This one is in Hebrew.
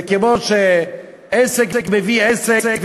זה כמו שעסק מביא עסק,